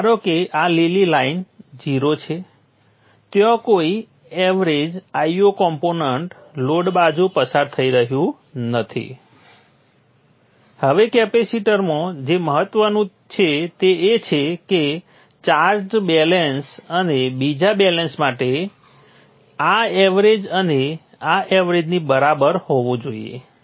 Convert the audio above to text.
ધારો કે આ લીલી લાઈન 0 છે ત્યાં કોઈ એવરેજ Io કોમ્પોનન્ટ લોડ બાજુ પસાર થઈ રહ્યું નથી હવે કેપેસિટરમાં જે મહત્વનું છે તે એ છે કે ચાર્જ્ડ બેલેન્સ અને બીજા બેલેન્સ માટે આ એવરેજ આ એવરેજની બરાબર હોવું જોઈએ